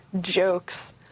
jokes